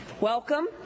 Welcome